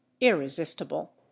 irresistible